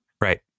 Right